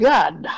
God